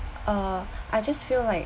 uh I just feel like